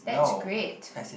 that's great